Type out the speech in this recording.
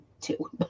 two